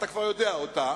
אתה כבר יודע אותה,